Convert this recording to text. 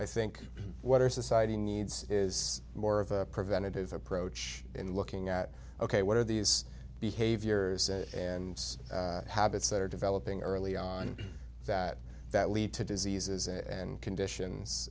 i think what our society needs is more of a preventative approach in looking at ok what are these behaviors and habits that are developing early on that that lead to diseases and conditions